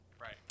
right